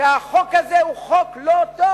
שהחוק הזה הוא חוק לא טוב.